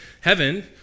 heaven